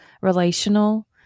relational